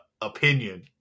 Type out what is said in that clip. opinion